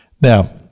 Now